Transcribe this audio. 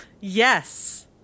Yes